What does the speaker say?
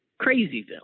crazyville